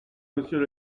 monsieur